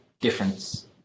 difference